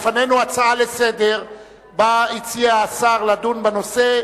לפנינו הצעה לסדר-היום שבה הציע השר לדון בנושא,